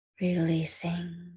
releasing